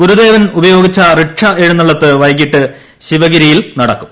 ഗുരുദേവൻ ഉപ്പൂയോഗിച്ചു റിക്ഷ എഴുന്ന ള്ളത്ത് വൈകിട്ട് ശിവഗിരിയിൽ നടക്കും